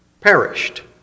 perished